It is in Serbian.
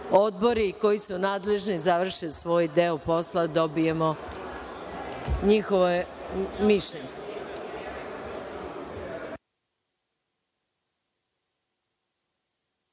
odbori koji su nadležni, završe svoj deo posla i dobijemo njihova mišljenja.